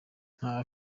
nta